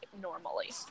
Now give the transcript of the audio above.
normally